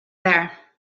there